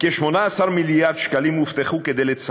הנגב והגליל שהוא גם